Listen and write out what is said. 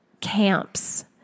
camps